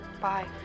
Bye